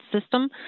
system